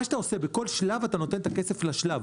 מה שאתה עושה זה שבכל שלב אתה נותן כסף לשלב.